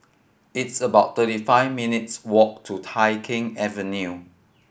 it's about thirty five minutes' walk to Tai Keng Avenue